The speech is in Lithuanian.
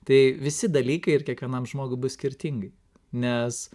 tai visi dalykai ir kiekvienam žmogui bus skirtingi nes